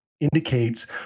indicates